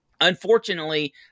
Unfortunately